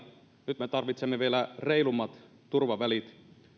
nyt me tarvitsemme vielä reilummat turvavälit